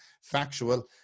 factual